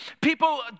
People